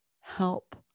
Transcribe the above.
help